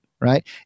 right